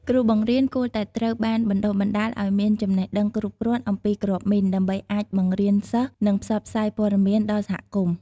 គ្រូបង្រៀនគួរតែត្រូវបានបណ្ដុះបណ្ដាលឱ្យមានចំណេះដឹងគ្រប់គ្រាន់អំពីគ្រាប់មីន ដើម្បីអាចបង្រៀនសិស្ស និងផ្សព្វផ្សាយព័ត៌មានដល់សហគមន៍។